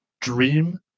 dream